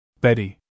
Betty